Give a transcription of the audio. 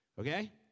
Okay